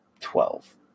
Twelve